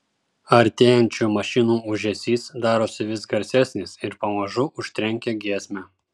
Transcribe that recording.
artėjančių mašinų ūžesys darosi vis garsesnis ir pamažu užtrenkia giesmę